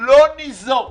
לא ניזום